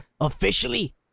officially